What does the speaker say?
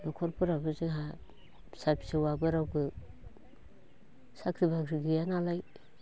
न'खरफोरावबो जोंहा फिसा फिसौआबो रावबो साख्रि बाख्रिबो गैयानालाय